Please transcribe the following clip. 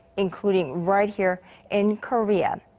including right here in korea.